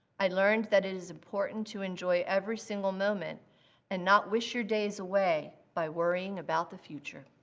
i learned that it is important to enjoy every single moment and not wish your days away by worrying about the future.